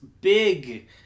big